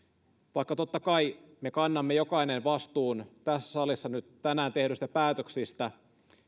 vaikka totta kai me kannamme jokainen vastuun tässä salissa tänään tehdyistä päätöksistä